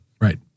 Right